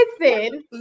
listen